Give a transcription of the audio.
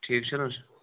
ٹھیٖک چھُنہٕ حظ